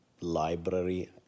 library